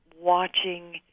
watching